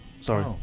Sorry